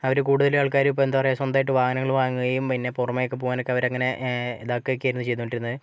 അവർ കൂടുതലും ആൾക്കാരും ഇപ്പോൾ എന്തപറയാ സ്വന്തമായിട്ട് വാഹനങ്ങൾ വാങ്ങുകയും പിന്നെ പുറമേയൊക്കെ പോകാനൊക്കെ അവരങ്ങനെ ഇതാകുഒക്കെ ആയിരുന്നു ചെയ്തോണ്ടിരുന്നത്